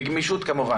בגמישות, כמובן.